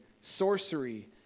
sorcery